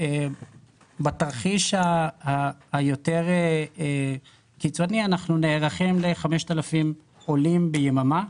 בתרחיש היותר קיצוני אנחנו נערכים ל-5,000 עולים ביממה,